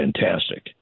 fantastic